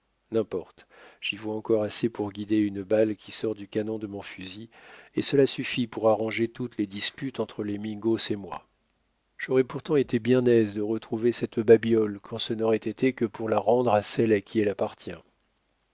n'importe j'y vois encore assez pour guider une balle qui sort du canon de mon fusil et cela suffit pour arranger toutes les disputes entre les mingos et moi j'aurais pourtant été bien aise de retrouver cette babiole quand ce n'aurait été que pour la rendre à celle à qui elle appartient